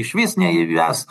išvis neįves